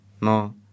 no